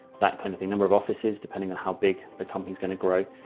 that kind of thing. number of offices, depending on how big the company is going to grow.